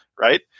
Right